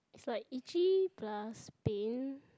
like itchy plus pain